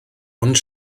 ond